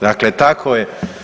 Dakle tako je.